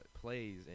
plays